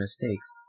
mistakes